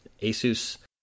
Asus